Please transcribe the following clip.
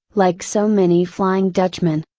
like so many flying dutchmen.